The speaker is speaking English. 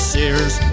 Sears